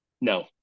No